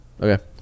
Okay